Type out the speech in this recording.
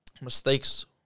mistakes